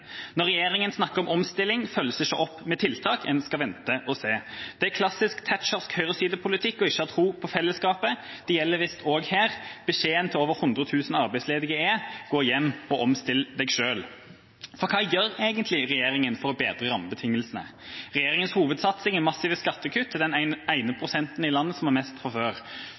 Når regjeringa snakker om omstilling, følges det ikke opp med tiltak. En skal vente og se. Det er klassisk thatchersk høyresidepolitikk å ikke ha tro på fellesskapet. Det gjelder visst også her. Beskjeden til over 100 000 arbeidsledige er: Gå hjem og omstill deg selv. For hva gjør egentlig regjeringa for å bedre rammebetingelsene? Regjeringas hovedsatsing er massive skattekutt til den ene